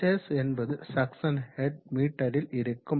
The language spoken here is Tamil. hs என்பது சக்சன் ஹெட் மீட்டரில் இருக்கும்